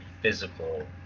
physical